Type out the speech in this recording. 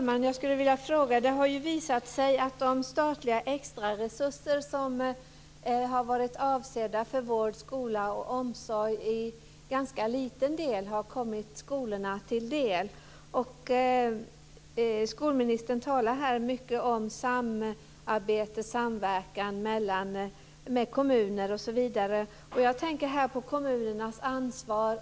Fru talman! Det har visat sig att de statliga extraresurser som var avsedda för vård, skola och omsorg i ganska liten omfattning har kommit skolorna till del. Skolministern talade här mycket om samarbete och samverkan mellan kommunerna. Jag tänker då på kommunernas ansvar.